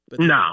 No